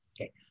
Okay